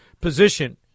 position